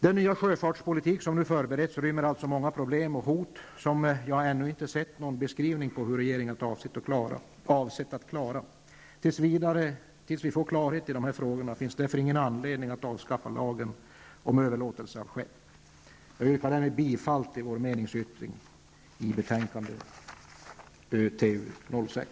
Den nya sjöfartspolitik som nu förbereds rymmer alltså många problem och hot som jag inte ännu sett någon beskrivning på hur regeringen avser att klara. Tills vi fått klarhet i dessa frågor finns därför ingen anledning att avskaffa lagen om överlåtelse av skepp. Jag yrkar därför bifall till vår meningsyttring i betänkande 1991/92:TU6.